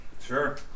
Sure